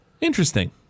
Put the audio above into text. Interesting